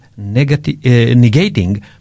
negating